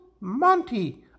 Monty